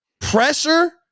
pressure